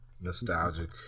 nostalgic